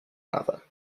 another